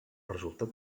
resultat